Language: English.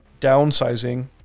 downsizing